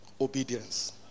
Obedience